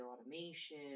automation